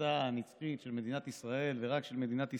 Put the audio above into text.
בירתה הנצחית של מדינת ישראל ורק של מדינת ישראל,